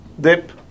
dip